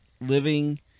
living